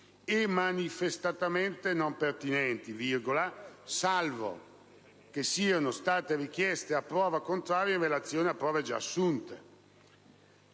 "e manifestamente non pertinenti salvo che siano state richieste a prova contraria in relazione a prove già assunte"».